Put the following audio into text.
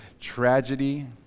tragedy